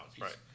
Right